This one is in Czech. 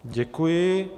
Děkuji.